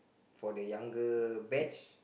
for the younger batch